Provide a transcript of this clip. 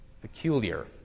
peculiar